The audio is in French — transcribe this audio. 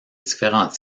différents